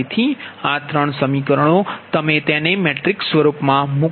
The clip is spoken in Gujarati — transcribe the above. તેથી આ ત્રણ સમીકરણો તમે તેને મેટ્રિક્સ સ્વરૂપમાં મૂકો